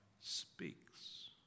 speaks